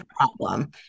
problem